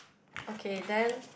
okay then